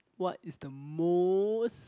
what is the most